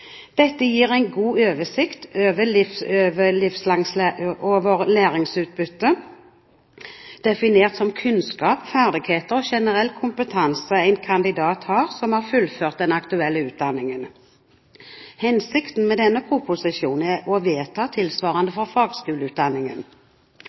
Dette gir en god oversikt over læringsutbytte definert som kunnskap, ferdighet og generell kompetanse som en kandidat som har fullført den aktuelle utdanningen, har. Hensikten med denne proposisjonen er å vedta tilsvarende